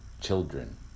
children